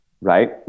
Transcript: right